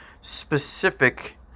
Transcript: specific